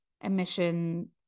emission